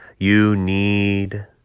you need,